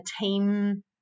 team